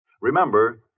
Remember